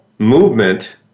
Movement